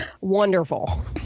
Wonderful